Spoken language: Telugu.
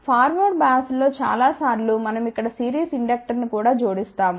ఫార్వర్డ్ బయాస్లో చాలా సార్లు మనం ఇక్కడ సిరీస్ ఇండక్టర్ను కూడా జోడిస్తాము